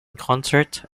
concert